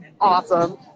Awesome